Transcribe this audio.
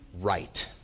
right